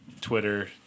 Twitter